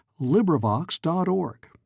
LibriVox.org